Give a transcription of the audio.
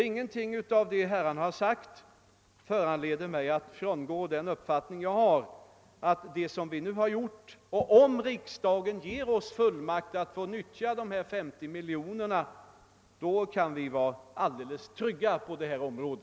Ingenting av det herrarna sagt föranleder mig alltså att frångå den uppfattning jag har, nämligen att om riksdagen ger regeringen fullmakt att nyttja dessa 50 miljoner, kan vi vara alldeles trygga på detta område.